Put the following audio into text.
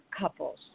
couples